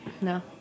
no